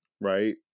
right